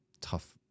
tough